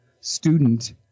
student